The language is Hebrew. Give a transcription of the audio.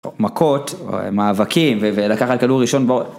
מכות, מאבקים, ולקחת כדור ראשון בראש.